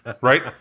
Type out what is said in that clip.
right